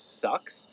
sucks